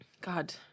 God